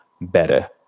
better